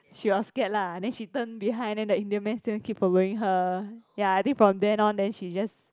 she was scared lah then she turn behind then the Indian man still keep following her ya I think from then on then she just